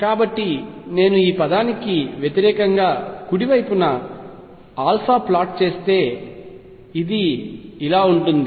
కాబట్టి నేను ఈ పదానికి వ్యతిరేకంగా కుడి వైపున α ప్లాట్ చేస్తే ఇది ఇలా ఉంటుంది